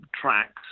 tracks